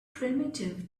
primitive